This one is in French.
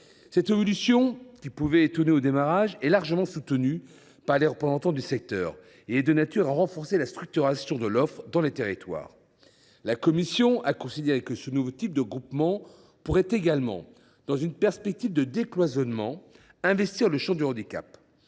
Cette évolution, qui a d’abord pu étonner, est soutenue par les représentants du secteur et est de nature à renforcer la structuration de l’offre dans les territoires. La commission a considéré que ce nouveau type de groupement pourrait également, dans une perspective de décloisonnement, investir le champ du handicap.